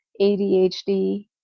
ADHD